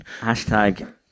Hashtag